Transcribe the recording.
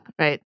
right